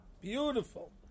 Beautiful